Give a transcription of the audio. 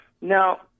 Now